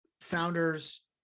founders